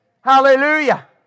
Hallelujah